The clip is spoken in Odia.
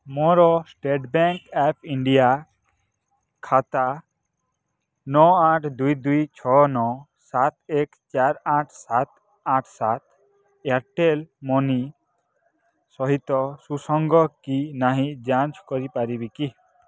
ମୋର ଷ୍ଟେଟ୍ ବ୍ୟାଙ୍କ୍ ଅଫ୍ ଇଣ୍ଡିଆ ଖାତା ନଅ ଆଠ ଦୁଇ ଦୁଇ ଛଅ ନଅ ସାତ ଏକ ଚାରି ଆଠ ସାତ ଆଠ ସାତ ଏୟାର୍ଟେଲ୍ ମନି ସହିତ ସୁସଙ୍ଗ କି ନାହିଁ ଯାଞ୍ଚ କରିପାରିବି କି